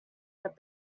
that